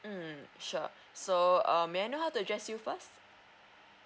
mm sure so um may I know how to address you first